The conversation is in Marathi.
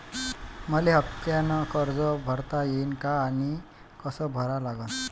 मले हफ्त्यानं कर्ज भरता येईन का आनी कस भरा लागन?